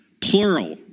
plural